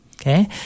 okay